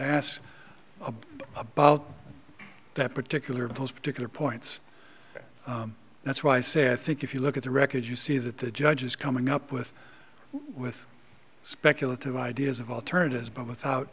asked about that particular of those particular points that's why i say i think if you look at the record you see that the judge is coming up with with speculative ideas of alternatives but without